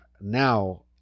now